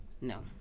No